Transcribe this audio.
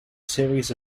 series